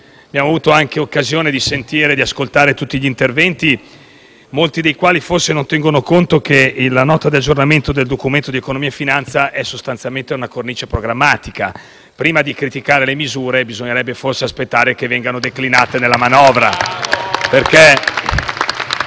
abbiamo avuto occasione di ascoltare tutti gli interventi, molti dei quali forse non ne tengono conto - che la Nota di aggiornamento del Documento di economia e finanza è sostanzialmente una cornice programmatica. Prima di criticare le misure bisognerebbe forse aspettare che vengano declinate nella manovra.